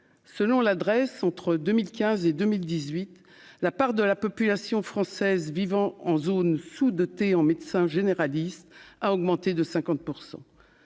selon l'adresse entre 2015 et 2018, la part de la population française vivant en zones sous-dotées en médecins généralistes a augmenté de 50